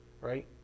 right